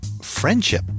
friendship